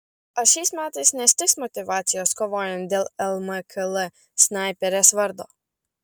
ar šiais metais nestigs motyvacijos kovojant dėl lmkl snaiperės vardo